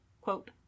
quote